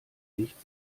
nicht